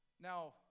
Now